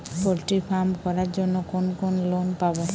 Poultry farm করার জন্য কোন লোন পাব?